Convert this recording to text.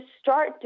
start